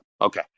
Okay